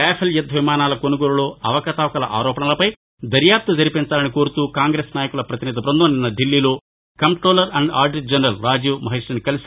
Rafale యుద్ద విమానాల కొనుగోలులో అవకతవకల ఆరోపణలపై దర్యాప్తు జరిపించాలని కోరుతూ కాంగ్రెస్ నాయకుల పతినిధి బృందం నిన్న ఢిల్లీలో comptroller and auditor general Rajiv మెహిషీని కలుసి